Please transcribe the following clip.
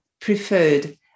preferred